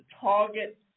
target